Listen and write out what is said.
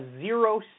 zero